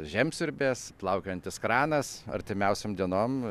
žemsiurbės plaukiojantis kranas artimiausiom dienom